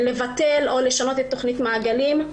לבטל או לשנות את תוכנית "מעגלי תעסוקה".